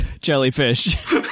Jellyfish